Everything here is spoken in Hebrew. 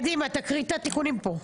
קדימה, תקריא את התיקונים פה.